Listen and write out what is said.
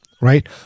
right